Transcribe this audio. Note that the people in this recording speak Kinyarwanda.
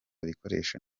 ibikoresho